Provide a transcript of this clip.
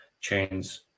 chains